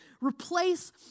Replace